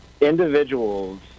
individuals